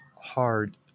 hard